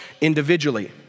individually